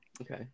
Okay